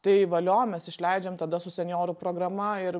tai valio mes išleidžiam tada su senjorų programa ir